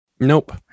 Nope